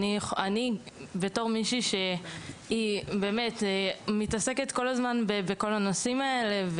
בתור מישהי שמתעסקת בנושאים האלה כל הזמן